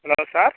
hello sir